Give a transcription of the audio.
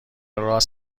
راس